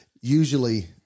usually